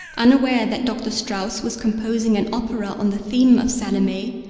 unaware that dr. strauss was composing an opera on the theme of salome,